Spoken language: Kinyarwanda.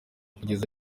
kugeza